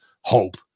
hope